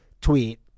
tweet